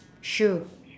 shoe